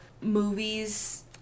movies